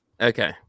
okay